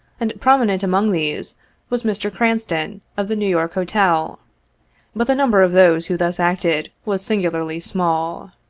and prominent among these was mr. cranston, of the new york hotel but the number of those who thus acted was singularly small.